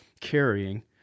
carrying